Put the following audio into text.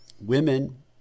women